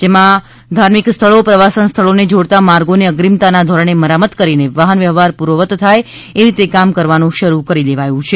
તેમાં જે ધાર્મિક સ્થળો પ્રવાસન સ્થળોને જોડતા માર્ગોને અગ્રીમતાના ધોરણે મરામત કરીને વાહનવ્યવહાર પૂર્વવત થાય એ રીતે કામ કરવાનું શરૂ કરી દેવાયું છે